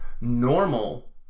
normal